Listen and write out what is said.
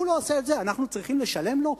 הוא לא עושה את זה, אנחנו צריכים לשלם לו?